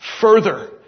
further